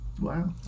wow